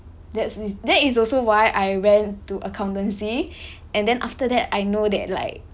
that's is that is also why I went to accountancy and then after that I know that like